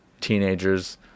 teenagers